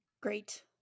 Great